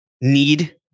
need